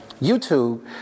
YouTube